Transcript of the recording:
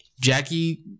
Jackie